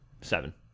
Seven